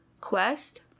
quest